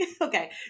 Okay